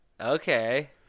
Okay